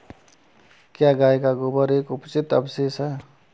क्या गाय का गोबर एक अपचित अवशेष है?